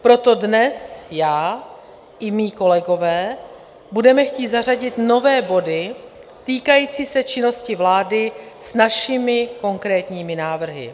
Proto dnes já i moji kolegové budeme chtít zařadit nové body týkající se činnosti vlády s našimi konkrétními návrhy.